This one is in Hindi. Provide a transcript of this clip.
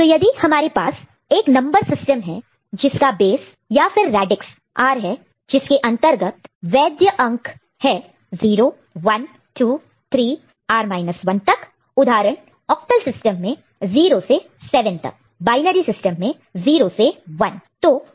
तो यदि हमारे पास एक नंबर सिस्टम है जिसका बेस या फिर रेडिक्स r है जिसके अंतर्गत वैद्य वैलिड valid अंक डिजिटस digits है 0 1 2 3 r minus 1 तक उदाहरण ऑक्टल सिस्टम में 0 से 7 तक बायनरी सिस्टम में 0 और 1